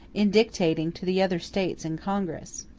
in dictating to the other states in congress.